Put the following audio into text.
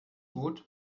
gut